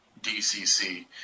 DCC